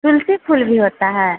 तुलसी फूल भी होता है